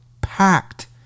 packed